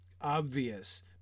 obvious